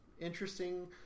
interesting